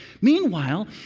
Meanwhile